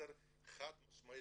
מסר חד משמעי,